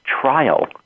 trial